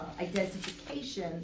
identification